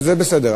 וזה בסדר.